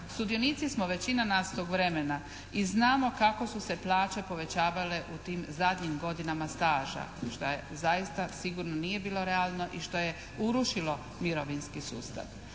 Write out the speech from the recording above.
Sudionici smo većina nas tog vremena i znamo kako su se plaće povećavale u tim zadnjim godinama staža šta je zaista sigurno nije bilo realno i što je urušilo mirovinski sustav.